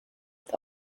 with